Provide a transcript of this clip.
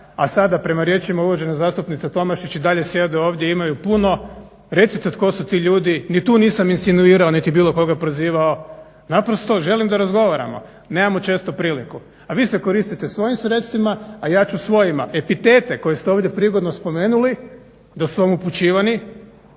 a sada prema riječima uvažene zastupnice Tomašić i dalje sjede ovdje i imaju puno, recite tko su ti ljudi. Ni tu nisam insinuirao niti bilo koga prozivao, naprosto želim da razgovaramo, nemamo često priliku. A vi se koristite svojim sredstvima, a ja ću svojima. Epitete koje ste ovdje prigodno spomenuli da su vam upućivani,